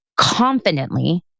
confidently